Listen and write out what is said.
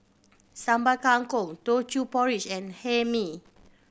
Sambal Kangkong Teochew Porridge and Hae Mee